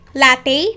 latte